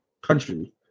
country